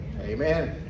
Amen